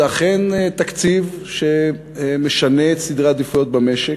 זה אכן תקציב שמשנה את סדרי העדיפויות במשק,